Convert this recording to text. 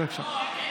בבקשה.